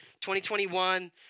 2021